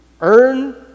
earn